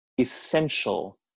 essential